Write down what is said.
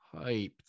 hyped